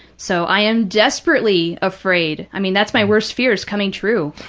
so, i am desperately afraid, i mean, that's my worst fears coming true.